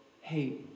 Hey